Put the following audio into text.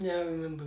ya I remember